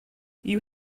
you